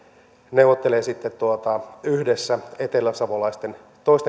neuvottelee sitten yhdessä toisten eteläsavolaisten